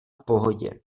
pohodě